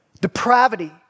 Depravity